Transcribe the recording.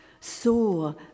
saw